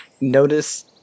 notice